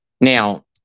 now